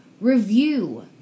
review